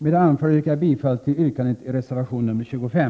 Med det anförda yrkar jag bifall till reservation 25.